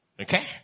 okay